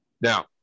Now